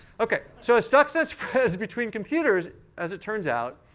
ok. so as stuxnet spreads between computers, as it turns out.